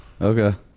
Okay